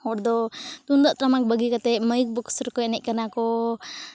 ᱦᱚᱲᱫᱚ ᱛᱩᱫᱟᱜ ᱴᱟᱢᱟᱠ ᱵᱟᱹᱜᱤ ᱠᱟᱛᱮᱫ ᱢᱟᱹᱭᱤᱠ ᱵᱚᱠᱥ ᱨᱮᱠᱚ ᱮᱱᱮᱡ ᱠᱟᱱᱟᱠᱚ